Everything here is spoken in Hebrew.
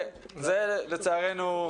לצערנו,